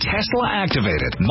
Tesla-activated